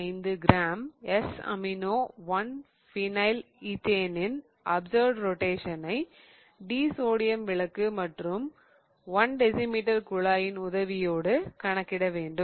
5245 gram amino 1 ஃபைனில்ஈதேனின் amino 1 phenylethane observed ரொட்டேஷனை D சோடியம் விளக்கு மற்றும் 1 டெசிமெட்டர் குழாயின் உதவியோடு கணக்கிட வேண்டும்